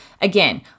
again